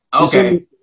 Okay